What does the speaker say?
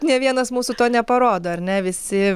nė vienas mūsų to neparodo ar ne visi